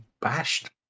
bashed